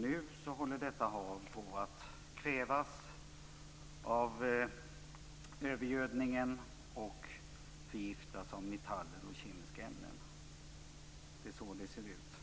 Nu håller detta hav på att kvävas av övergödning och förgiftas av metaller och kemiska ämnen. Så ser det ut.